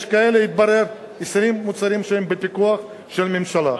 יש כאלה, התברר, 20 מוצרים שהם בפיקוח של הממשלה.